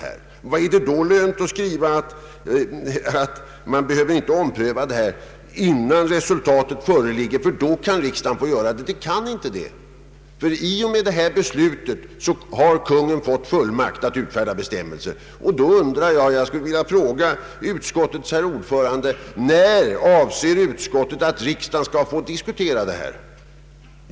Vad tjänar det då till att skriva, att riksdagen inte behöver ompröva sitt ställningstagande förrän resultatet föreligger? Ställningstagandet kan inte omprövas, ty i och med det fattade beslutet har Kungl. Maj:t fått fullmakt att utfärda bestämmelser. Jag skulle vilja fråga utskottets ordförande: Avser utskottet att riksdagen skall diskutera detta?